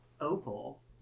Opal